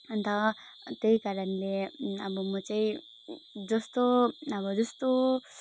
अन्त त्यही कारणले अब म चाहिँ जस्तो ब जस्तो